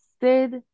Sid